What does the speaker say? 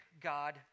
God